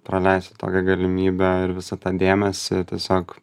praleisti tokią galimybę ir visą tą dėmesį tiesiog